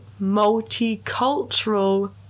multicultural